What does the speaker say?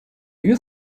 you